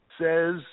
says